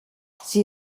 sie